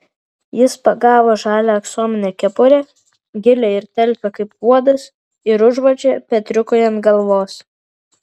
jis pagavo žalią aksominę kepurę gilią ir talpią kaip puodas ir užvožė petriukui ant galvos